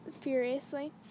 furiously